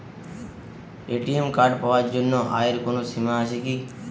ATM card পাওয়ার জন্য আয়ের কোনো সীমা আছে কি?